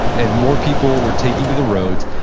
and more people were taking to the roads.